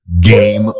Game